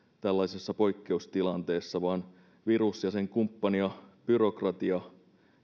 tällaisessa poikkeustilanteessa vaan virus ja sen kumppanina byrokratia